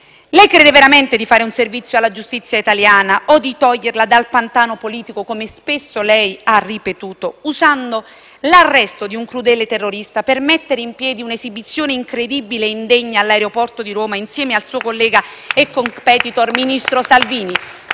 Lei crede veramente di fare un servizio alla giustizia italiana o di toglierla dal pantano politico - come spesso ha ripetuto - usando l'arresto di un crudele terrorista per mettere in piedi un'esibizione incredibile e indegna all'aeroporto di Roma, insieme al suo collega e *competitor* ministro Salvini?